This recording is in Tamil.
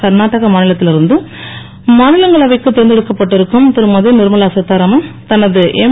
கர்நாடக மாநிலத்தில் இருந்து மாநிலங்களவைக்கு தேர்ந்தெடுக்கப்பட்டு இருக்கும் திருமதி நிர்மலா சீதாராமன் தனது எம்